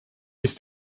ist